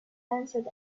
answered